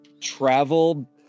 travel